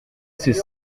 ces